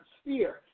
sphere